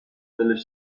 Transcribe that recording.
delle